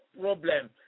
problem